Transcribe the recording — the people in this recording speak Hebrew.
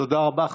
תודה רבה.